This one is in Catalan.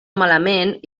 malament